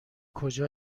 کجا